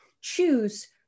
choose